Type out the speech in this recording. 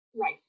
right